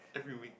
every week